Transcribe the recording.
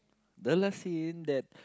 the last scene that